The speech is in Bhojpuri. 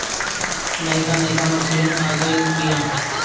नइका नइका मशीन आ गइल बिआ